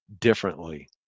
differently